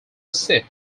seat